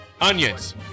onions